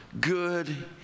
good